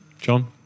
John